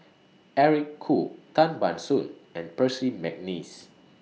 Eric Khoo Tan Ban Soon and Percy Mcneice